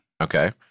Okay